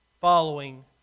following